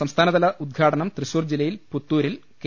സംസ്ഥാനതല ഉദ്ഘാടനം തൃശൂർ ജില്ലയിലെ പുത്തൂരിൽ കെ